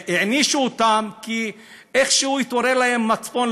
הענישו אותם כי איכשהו התעורר להם המצפון,